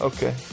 Okay